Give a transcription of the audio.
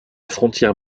frontière